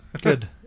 good